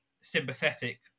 sympathetic